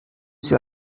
sie